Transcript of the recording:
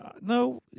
No